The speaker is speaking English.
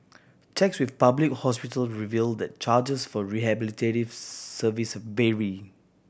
checks with public hospital revealed that charges for rehabilitative service vary